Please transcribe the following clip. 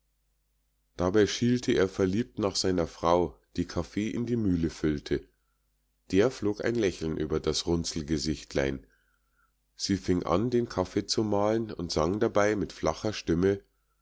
dabei schielte er verliebt nach seiner frau die kaffee in die mühle füllte der flog ein lächeln über das runzelgesichtlein sie fing an den kaffee zu mahlen und sang dabei mit flacher stimme